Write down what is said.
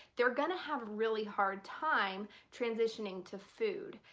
they're gonna have a really hard time transitioning to food.